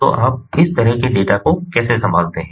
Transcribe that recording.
तो आप इस तरह के डेटा को कैसे संभालते हैं